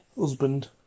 Husband